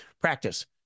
practice